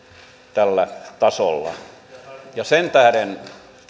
tällä tasolla sen tähden